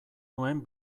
nuen